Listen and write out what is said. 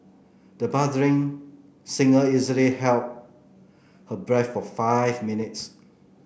the budding singer easily held her breath for five minutes